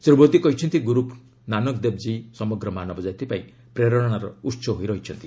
ଶ୍ରୀ ମୋଦୀ କହିଛନ୍ତି ଗୁରୁ ନାନକଦେବ କୀ ସମଗ୍ର ମାନବକାତି ପାଇଁ ପ୍ରେରଣାର ଉହ ହୋଇ ରହିଛନ୍ତି